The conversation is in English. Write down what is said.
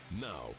Now